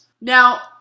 now